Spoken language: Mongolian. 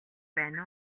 байна